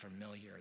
familiar